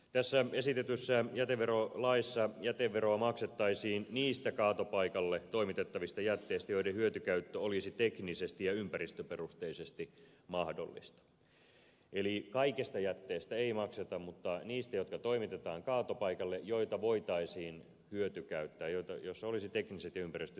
tässä esitetyssä jäteverolaissa jäteveroa maksettaisiin niistä kaatopaikalle toimitettavista jätteistä joiden hyötykäyttö olisi teknisesti ja ympäristöperusteisesti mahdollista eli kaikista jätteistä ei makseta vaan niistä jotka toimitetaan kaatopaikalle ja joita voitaisiin hyötykäyttää joilla olisi tekniset ja ympäristölliset perusteet hyötykäyttöön